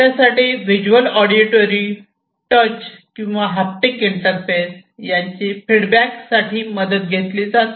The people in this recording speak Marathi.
त्यासाठी व्हिज्युअल ऑडिओटरी टच किंवा हाप्टिक इंटरफेस यांची फीडबॅक साठी मदत घेतली जाते